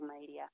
media